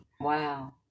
Wow